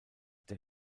der